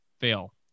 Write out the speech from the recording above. fail